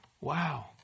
Wow